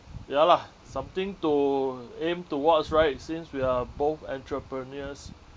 ya lah something to aim towards right since we are both entrepreneurs